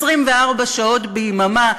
24 שעות ביממה.